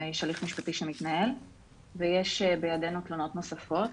שיש הליך משפטי שמתנהל ויש בידינו תלונות נוספות.